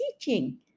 teaching